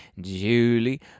julie